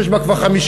שיש בה כבר 52,